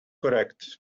correct